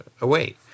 away